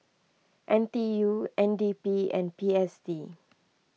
N T U N D P and P S D